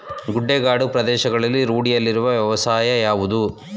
ಗುಡ್ಡಗಾಡು ಪ್ರದೇಶಗಳಲ್ಲಿ ರೂಢಿಯಲ್ಲಿರುವ ವ್ಯವಸಾಯ ಯಾವುದು?